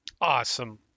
Awesome